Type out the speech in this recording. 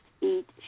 eat